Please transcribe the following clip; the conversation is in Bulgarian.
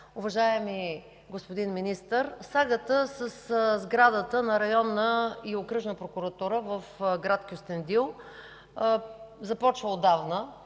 уважаеми господин Министър! Сагата със сградата на Районна и Окръжна прокуратура в Кюстендил започва отдавна,